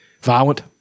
Violent